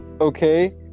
Okay